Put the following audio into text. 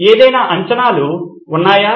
ఏదైనా అంచనాలు ఉన్నాయా